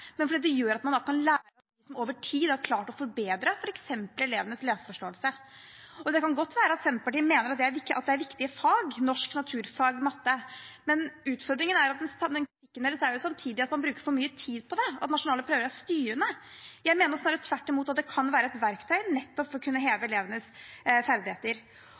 men fordi det gjør at man over tid klarer å forbedre f.eks. elevenes leseforståelse. Det kan godt være at Senterpartiet mener det er viktige fag – norsk, naturfag og matte. Men utfordringen er jo at argumentasjonen deres samtidig er at man bruker for mye tid på det, at nasjonale prøver er styrende. Jeg mener tvert imot at det kan være et verktøy for nettopp å kunne heve elevenes ferdigheter.